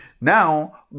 Now